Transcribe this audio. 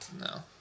No